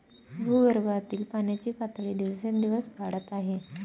भूगर्भातील पाण्याची पातळी दिवसेंदिवस वाढत आहे